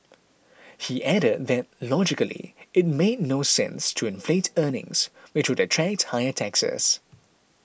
he added that logically it made no sense to inflate earnings which would attract higher taxes